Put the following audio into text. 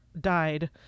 died